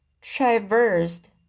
traversed